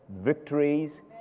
victories